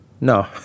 No